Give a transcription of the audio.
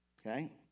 okay